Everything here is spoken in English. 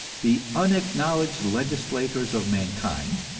the unacknowledged legislators of mankind,